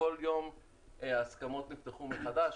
וכל יום ההסכמות נפתחו מחדש,